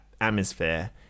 atmosphere